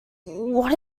what